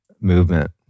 movement